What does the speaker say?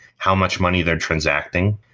how much money they're transacting.